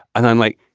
and i'm like,